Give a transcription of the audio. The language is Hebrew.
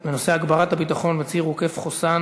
לסדר-היום בנושא: הגברת הביטחון בציר עוקף-חוסאן